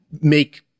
make